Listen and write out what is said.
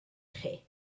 chi